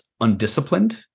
undisciplined